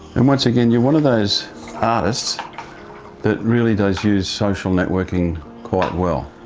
and once again, you're one of those artists that really does use social networking quite well.